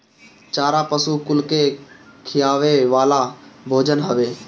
चारा पशु कुल के खियावे वाला भोजन हवे